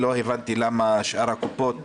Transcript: לא הבנתי למה שאר הקופות,